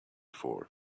for